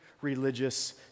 religious